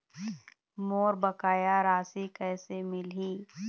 मोर बकाया राशि कैसे मिलही?